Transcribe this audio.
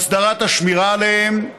הסדרת השמירה עליהם,